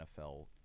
NFL